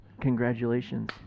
Congratulations